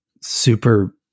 Super